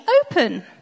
open